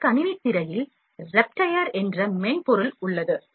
இந்த கணினித் திரையில் Repetier என்ற மென்பொருள் உள்ளது